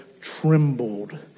trembled